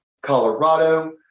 Colorado